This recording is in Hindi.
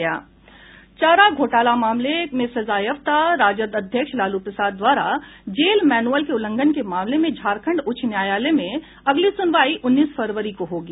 चारा घोटाला मामले में सजायाफ्ता राजद अध्यक्ष लालू प्रसाद द्वारा जेल मेनुअल के उल्लंघन के मामले में झारखंड उच्च न्यायालय में अगली सुनवाई उन्नीस फरवरी को होगी